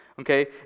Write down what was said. okay